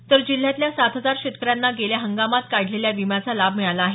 तर जिल्ह्यातल्या सात हजार शेतकऱ्यांना गेल्या हंगामात काढलेल्या विम्याचा लाभ मिळाला आहे